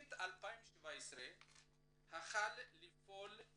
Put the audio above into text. במחצית 2017 החל לפעול מטה